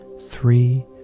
three